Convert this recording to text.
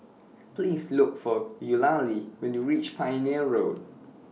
Please Look For Eulalie when YOU REACH Pioneer Road